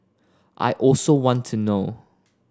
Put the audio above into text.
I also want to know